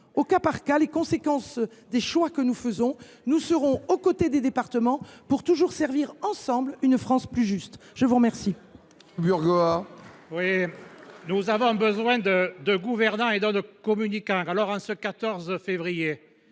au cas par cas les conséquences des choix que nous faisons. Nous serons aux côtés des départements pour continuer de servir ensemble une France plus juste. La parole